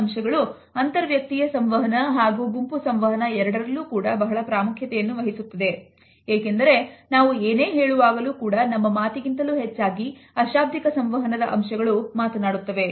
ಈ ಅಂಶಗಳು ಅಂತರ್ ವ್ಯಕ್ತಿಯ ಸಂವಹನ ಹಾಗೂ ಗುಂಪು ಸಂವಹನ ಎರಡರಲ್ಲೂ ಕೂಡ ಬಹಳ ಪ್ರಾಮುಖ್ಯತೆಯನ್ನು ವಹಿಸುತ್ತದೆ ಏಕೆಂದರೆ ನಾವು ಏನೇ ಹೇಳುವಾಗಲೂ ಕೂಡ ನಮ್ಮ ಮಾತಿಗಿಂತಲೂ ಹೆಚ್ಚಾಗಿ ಅಶಾಬ್ದಿಕ ಸಂವಹನದ ಅಂಶಗಳು ಮಾತನಾಡುತ್ತವೆ